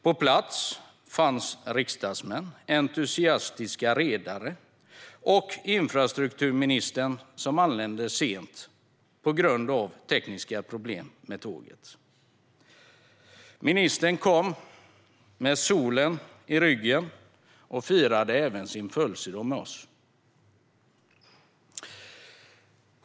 På plats fanns riksdagsmän, entusiastiska redare och infrastrukturministern, som anlände sent på grund av tekniska problem med tåget. Ministern kom med solen i ryggen och firade även sin födelsedag med oss.